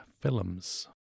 films